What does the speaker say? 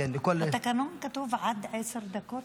בתקנון כתוב עד עשר דקות